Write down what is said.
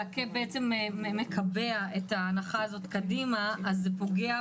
הקאפ מקבע את ההנחה הזאת קדימה אז זה פוגע,